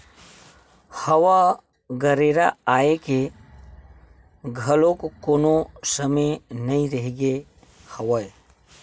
हवा गरेरा आए के घलोक कोनो समे नइ रहिगे हवय